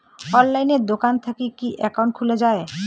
অনলাইনে দোকান থাকি কি একাউন্ট খুলা যায়?